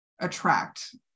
attract